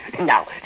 Now